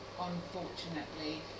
unfortunately